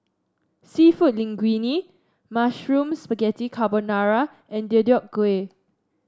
seafood Linguine Mushroom Spaghetti Carbonara and Deodeok Gui